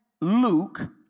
Luke